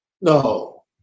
No